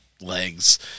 legs